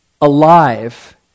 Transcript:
alive